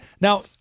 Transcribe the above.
Now